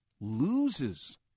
loses